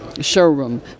showroom